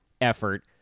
effort